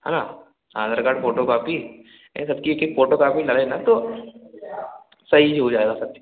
है ना Aadhaar card photo copy सबकी एक एक फोटो कॉपी ला लेना तो सही हो जाएगा सब